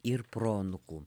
ir proanūkų